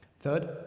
Third